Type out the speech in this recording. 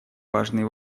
важные